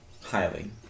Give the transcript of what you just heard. highly